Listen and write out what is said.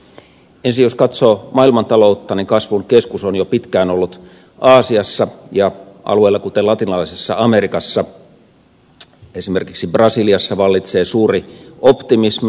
jos ensin katsoo maailmantaloutta niin kasvun keskus on jo pitkään ollut aasiassa ja eräillä alueilla kuten latinalaisessa amerikassa esimerkiksi brasiliassa vallitsee suuri optimismi